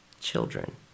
children